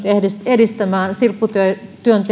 edistämään esimerkiksi silpputyöntekijöiden